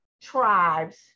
tribes